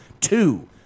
two